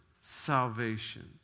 salvation